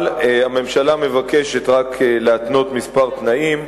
אבל הממשלה מבקשת רק להתנות כמה תנאים,